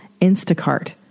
Instacart